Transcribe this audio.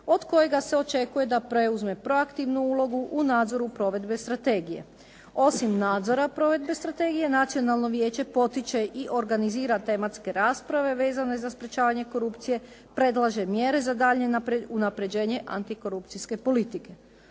od kojega se očekuje da preuzme proaktivnu ulogu u nadzoru provedbe strategije. Osim nadzora provedbe strategije Nacionalno vijeće potiče i organizira tematske rasprave vezane za sprečavanje korupcije, predlaže mjere za daljnje unapređenje antikorupcijske politike.